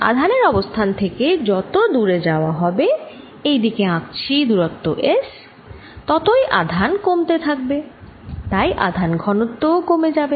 আধানের অবস্থান থেকে যত দূরে যাওয়া হবে এই দিকে আঁকছি দুরত্ব s আধান ততই কমতে থাকবে তাই আধান ঘনত্ব ও কমে যাবে